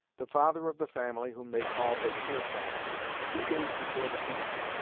the father of the family, whom they call the tirsan, two days before the feast,